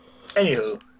Anywho